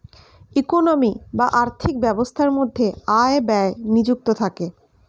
economy বা আর্থিক ব্যবস্থার মধ্যে আয় ব্যয় নিযুক্ত থাকে